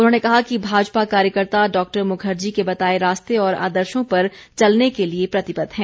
उन्होंने कहा कि भाजपा कार्यकर्ता डॉ मुखर्जी के बताए रास्ते और आदर्शों पर चलने के लिए प्रतिबद्ध हैं